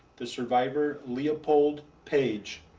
the survivor, leopold page.